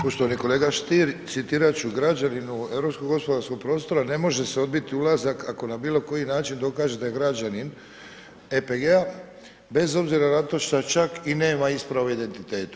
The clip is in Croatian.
Poštovani kolega Stier, citirat ću, građaninu europskog gospodarskog prostora ne može se odbiti ulazak ako na bilo koji način dokaže da je građanin EPG-a, bez obzira na to što čak i nema ispravu identiteta.